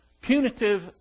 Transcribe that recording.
punitive